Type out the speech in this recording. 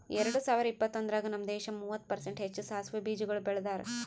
ಎರಡ ಸಾವಿರ ಇಪ್ಪತ್ತೊಂದರಾಗ್ ನಮ್ ದೇಶ ಮೂವತ್ತು ಪರ್ಸೆಂಟ್ ಹೆಚ್ಚು ಸಾಸವೆ ಬೀಜಗೊಳ್ ಬೆಳದಾರ್